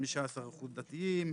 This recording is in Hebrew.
15% דתיים,